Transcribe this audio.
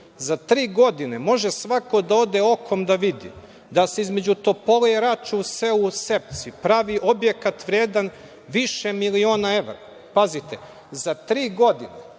Za tri godine, može svako da ode, okom da vidi, da se između Topole i Rače u selu Sepci pravi objekat vredan više miliona evra. Pazite, za tri godine